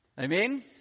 Amen